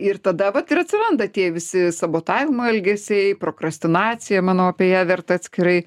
ir tada vat ir atsiranda tie visi sabotavimo elgesiai prokrastinacija manau apie ją verta atskirai